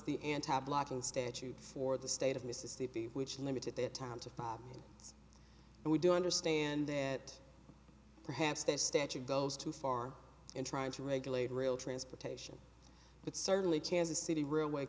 the anti blocking statute for the state of mississippi which limited that time to five but we do understand that perhaps the statute goes too far in trying to regulate rail transportation but certainly kansas city r